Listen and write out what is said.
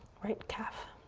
right calf.